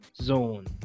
zone